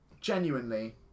genuinely